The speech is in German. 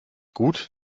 gut